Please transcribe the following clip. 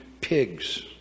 pigs